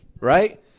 right